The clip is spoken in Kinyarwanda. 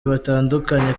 batandukanye